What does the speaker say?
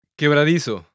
Quebradizo